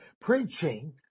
preaching